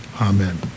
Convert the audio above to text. Amen